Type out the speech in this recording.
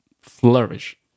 flourish